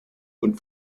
und